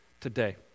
today